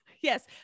Yes